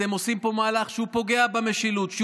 אתם עושים פה מהלך שפוגע במשילות,